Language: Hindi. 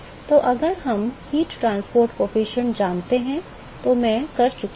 तो अगर हम ऊष्मा परिवहन गुणांक जानते हैं तो मैं कर चुका हूं